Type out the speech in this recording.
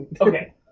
Okay